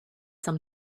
some